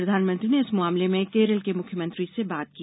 प्रधानमंत्री ने इस मामले में केरल के मुख्यमंत्री से बात की